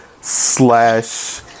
slash